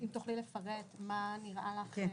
אולי אם תוכלי לפרט מה נראה לך.